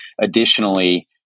Additionally